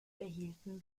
behielten